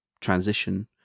transition